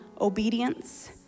Obedience